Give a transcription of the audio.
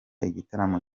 igitaramo